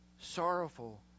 Sorrowful